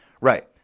Right